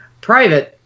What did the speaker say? private